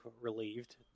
relieved